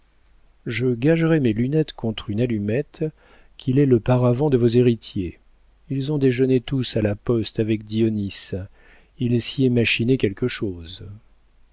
je gagerais mes lunettes contre une allumette qu'il est le paravent de vos héritiers ils ont déjeuné tous à la poste avec dionis il s'y est machiné quelque chose